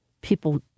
people